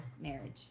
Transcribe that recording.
marriage